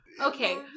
Okay